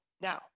Now